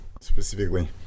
specifically